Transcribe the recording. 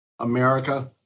America